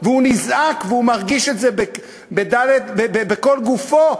והוא נזעק והוא מרגיש את זה בכל גופו,